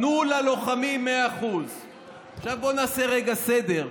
תנו ללוחמים 100%. עכשיו בואו נעשה רגע סדר,